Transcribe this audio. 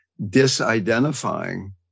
disidentifying